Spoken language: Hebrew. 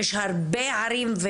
יש הרבה ערים,